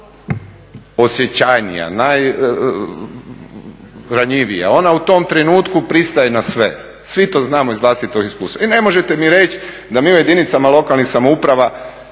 najosjećajnija, najranjivija, ona u tom trenutku pristaje na sve, svi to znamo iz vlastitog iskustva. I ne možete mi reći da mi u jedinice lokalne samouprava